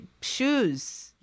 shoes